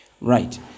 right